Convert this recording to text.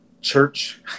church